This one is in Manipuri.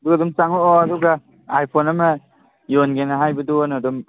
ꯑꯗꯨꯒ ꯑꯗꯨꯝ ꯆꯪꯉꯛꯑꯣ ꯑꯗꯨꯒ ꯑꯥꯏ ꯐꯣꯟ ꯑꯃ ꯌꯣꯟꯒꯦꯅ ꯍꯥꯏꯕꯗꯨꯅ ꯑꯗꯨꯝ